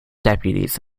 deputies